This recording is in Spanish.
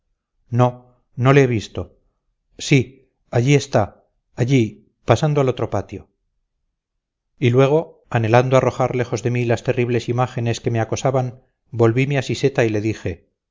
no no lo he visto sí allí está allí pasando al otro patio y luego anhelando arrojar lejos de mí las terribles imágenes que me acosaban volvime a siseta y le dije